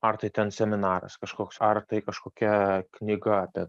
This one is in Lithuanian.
ar tai ten seminaras kažkoks ar tai kažkokia knyga apie